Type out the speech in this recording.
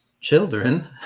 children